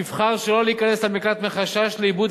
תבחר שלא להיכנס למקלט מחשש לאיבוד